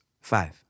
Five